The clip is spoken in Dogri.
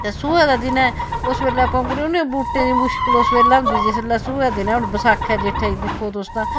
ते सोहे दे दिनें उस बेल्लै पौंगर उ'नें बूह्टे दी मुश्कल उस बैल्लै होंदी जिस बेल्लै सोहे दे दिनें हून बसाखै च जेठै च दिक्खो तुस तां